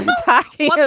talking but